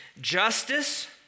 justice